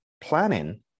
Planning